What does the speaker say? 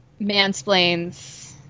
mansplains